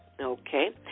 okay